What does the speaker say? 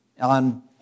on